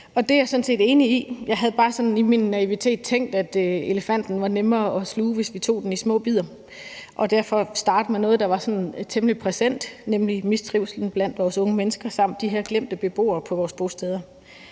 det er jeg sådan set enig i. Jeg havde bare sådan i min naivitet tænkt, at elefanten var nemmere at sluge, hvis vi tog den i små bidder, og jeg ville derfor starte med noget, der var sådan temmelig præsent, nemlig mistrivslen blandt vores unge mennesker og de her glemte beboere på vores bosteder.